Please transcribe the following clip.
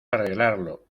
arreglarlo